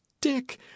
dick